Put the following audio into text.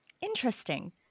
Interesting